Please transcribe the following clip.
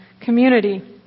community